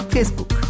Facebook